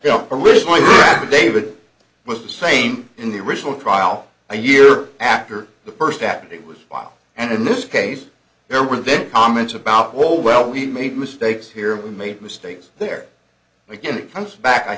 fellow originally david was the same in the original trial a year after the first that it was filed and in this case there were comments about well well we made mistakes here we made mistakes there again it comes back i